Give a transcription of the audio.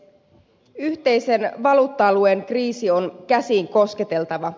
yhteisen valuutta alueen kriisi on käsin kosketeltava